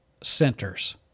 centers